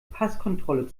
passkontrolle